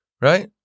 Right